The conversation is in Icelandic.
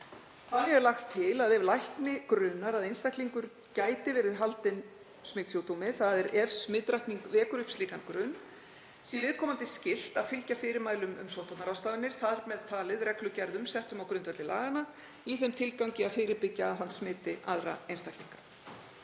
Þannig er lagt til að ef lækni grunar að einstaklingur gæti verið haldinn smitsjúkdómi, þ.e. ef smitrakning vekur upp slíkan grun, sé viðkomandi skylt að fylgja fyrirmælum um sóttvarnaráðstafanir, þar með talið reglugerðum settum á grundvelli laganna í þeim tilgangi að fyrirbyggja að hann smiti aðra einstaklinga.